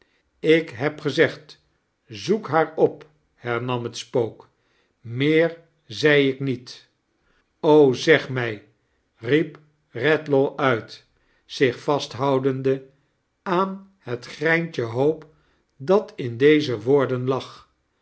ik heb gezegd z oek haar op hernam het spook meer zei ik niet zeg mij riep redlaw uit zich vasthoudende aan het greintje hoop dat in deze woorden lag